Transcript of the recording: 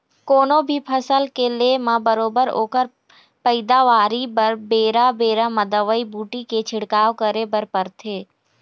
कोनो भी फसल के ले म बरोबर ओखर पइदावारी बर बेरा बेरा म दवई बूटी के छिड़काव करे बर परथे